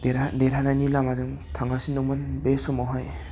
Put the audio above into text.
देरहानायनि लामाजों थांगासिनो दंमोन बे समावहाय